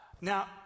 Now